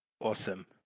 Awesome